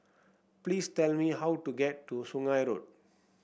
please tell me how to get to Sungei Road